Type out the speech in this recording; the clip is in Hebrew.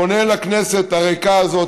פונה לכנסת הריקה הזאת,